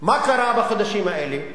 מה קרה בחודשים האלה?